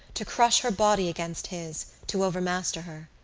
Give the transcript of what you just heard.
to crush her body against his, to overmaster her.